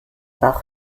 bauch